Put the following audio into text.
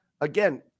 again